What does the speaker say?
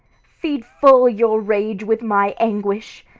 feed full your rage with my anguish!